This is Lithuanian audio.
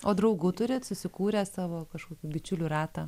o draugų turit susikūrę savo kažkokių bičiulių ratą